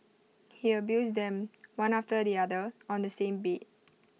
he abused them one after the other on the same bed